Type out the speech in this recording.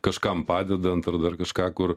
kažkam padedant ar dar kažką kur